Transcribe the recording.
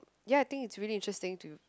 ya I think it's really interesting to